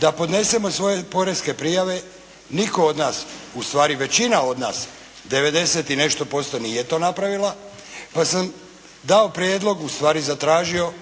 da podnesemo svoje poreske prijave. Nitko od nas, ustvari većina od nas 90 i nešto posto nije to napravila pa sam dao prijedlog, ustvari zatražio